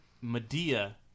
Medea